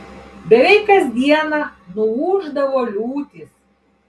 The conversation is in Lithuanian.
beveik kas dieną nuūždavo liūtys